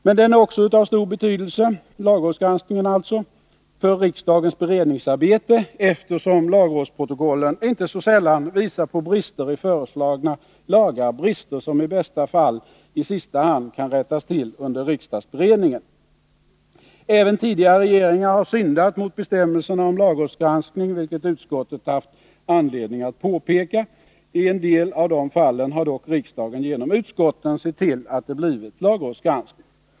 Men lagrådsgranskningen är också av stor betydelse för riksdagens beredningsarbete, eftersom lagrådsprotokollen inte så sällan visar på brister i föreslagna lagar, brister som i bästa fall i sista hand kan rättas till under riksdagsberedningen. Även tidigare regeringar har syndat mot bestämmelserna om lagrådsgranskning, vilket utskottet haft anledning att påpeka. I en del av dessa fall har dock riksdagen genom utskotten sett till att det blivit lagrådsgranskning.